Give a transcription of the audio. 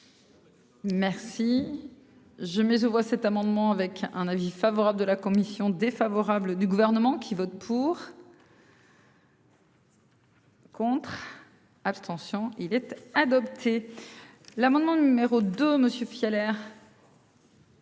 Merci. Je je vois cet amendement avec un avis favorable de la commission défavorable du gouvernement qui vote pour. Abstention il était adopté. L'amendement numéro de monsieur